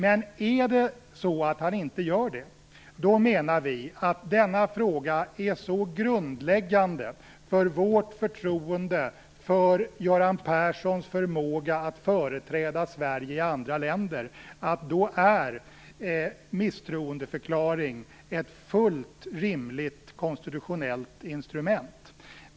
Men är det så att han inte gör det, då menar vi att denna fråga är så grundläggande för vårt förtroende för Göran Perssons förmåga att företräda Sverige i andra länder att misstroendeförklaring är ett fullt rimligt konstitutionellt instrument.